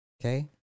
Okay